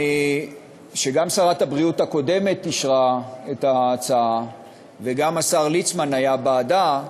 כשגם שרת הבריאות הקודמת אישרה את ההצעה וגם השר ליצמן היה בעדה,